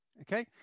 Okay